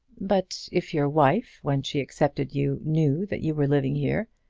but if your wife, when she accepted you, knew that you were living here,